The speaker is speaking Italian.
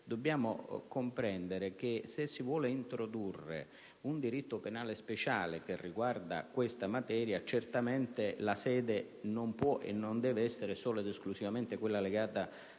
Dobbiamo però comprendere che se si vuole introdurre un diritto penale speciale riguardante questa materia, certamente la sede non può e non deve essere solo ed esclusivamente quella legata